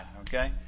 Okay